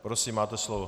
Prosím, máte slovo.